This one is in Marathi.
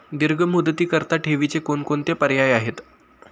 दीर्घ मुदतीकरीता ठेवीचे कोणकोणते पर्याय आहेत?